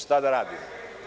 Šta da radimo.